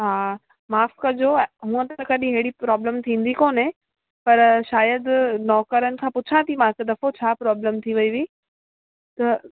हा माफ़ु कजो हूअं त कॾी हेड़ी प्रॉब्लम थींदी कोन्हे पर शायदि नौकरनि खां पुछां थी मां हिकु दफ़ो छा प्रॉब्लम थी वई हुई त